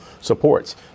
supports